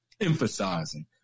emphasizing